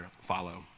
follow